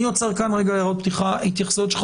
חה"כ רוטמן, בבקשה.